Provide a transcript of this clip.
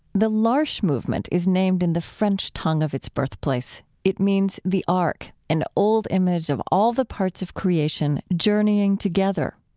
the l'arche movement is named in the french tongue of its birthplace. it means the ark, an old image of all the parts of creation journeying together.